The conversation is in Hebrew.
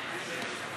של קבוצת סיעת